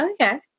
okay